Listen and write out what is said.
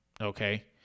Okay